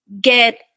get